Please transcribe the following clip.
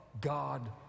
God